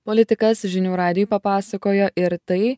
politikas žinių radijui papasakojo ir tai